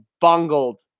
bungled